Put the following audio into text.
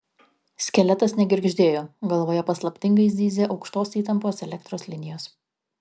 skeletas negirgždėjo galvoje paslaptingai zyzė aukštos įtampos elektros linijos